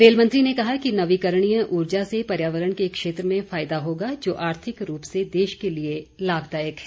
रेलमंत्री ने कहा कि कहा कि नवीकरणीय ऊर्जा से पर्यावरण के क्षेत्र में फायदा होगा जो आर्थिक रूप से देश के लिए लाभदायक है